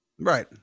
Right